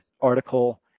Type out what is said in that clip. article